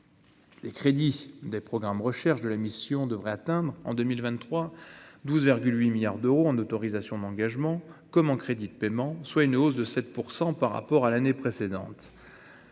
Les crédits des programmes du volet « Recherche » de la mission devraient atteindre, en 2023, 12,8 milliards d'euros en autorisations d'engagement comme en crédits de paiement, soit une hausse de 7 % par rapport à l'année précédente.